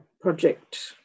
project